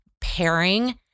pairing